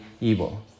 evil